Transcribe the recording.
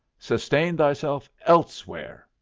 sustain thyself elsewhere,